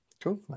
Cool